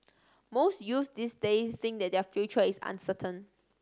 most youths this day think that their future is uncertain